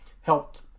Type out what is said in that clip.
helped